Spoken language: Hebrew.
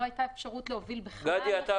לא הייתה אפשרות להוביל בכלל.